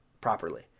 properly